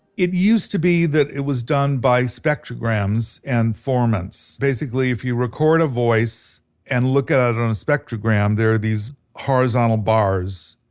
it used to be that it was done by spectrograms and formants. basically if you record a voice and look ah at it on a spectrogram they're these bars, horizontal bars,